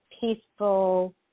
peaceful